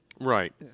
Right